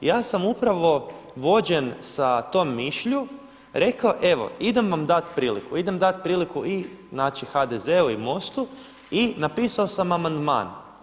Ja sam upravo vođen sa tom mišlju rekao evo idem vam dat priliku, idem dat priliku i znači HDZ-u i MOST-u i napisao sam amandman.